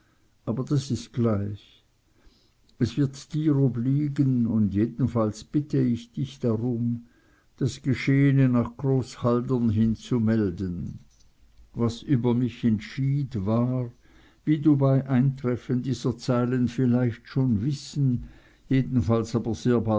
aber das ist gleich es wird dir obliegen und jedenfalls bitte ich dich darum das geschehene nach groß haldern hin zu melden was über mich entschied war wie du bei eintreffen dieser zeilen vielleicht schon wissen jedenfalls